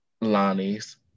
Lonnie's